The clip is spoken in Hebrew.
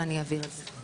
אבל אני אעביר את זה.